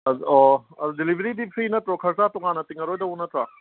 ꯑꯣ ꯑꯗꯨ ꯗꯤꯂꯤꯕꯔꯤꯗꯤ ꯐ꯭ꯔꯤ ꯅꯠꯇ꯭ꯔꯣ ꯈꯔꯁꯥ ꯇꯣꯉꯥꯟꯅ ꯇꯤꯡꯂꯔꯣꯏꯗꯕ ꯅꯠꯇ꯭ꯔꯣ